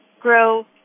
grow